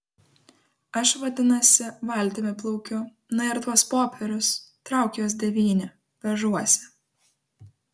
aš vadinasi valtimi plaukiu na ir tuos popierius trauk juos devyni vežuosi